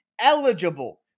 eligible